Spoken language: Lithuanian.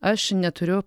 aš neturiu